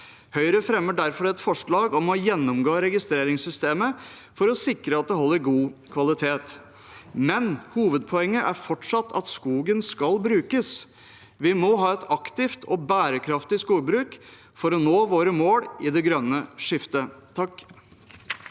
Høyre fremmer derfor et forslag om å gjennomgå registreringssystemet for å sikre at det holder god kvalitet. Hovedpoenget er fortsatt at skogen skal brukes. Vi må ha et aktivt og bærekraftig skogbruk for å nå våre mål i det grønne skiftet. Guro